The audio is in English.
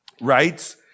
writes